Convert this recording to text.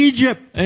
Egypt